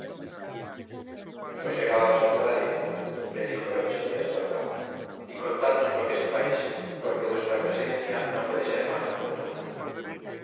sosegaos andrade le dijo el obispo de astorga y contadnos lo que sepáis porque vuestra presencia no puede ser más oportuna